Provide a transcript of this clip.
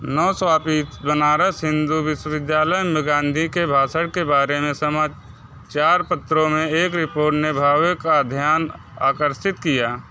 नव स्थापित बनारस हिंदू विश्वविद्यालय में गांधी के भाषण के बारे में समाचार पत्रों में एक रिपोर्ट ने भावे का ध्यान आकर्षित किया